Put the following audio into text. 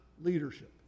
leadership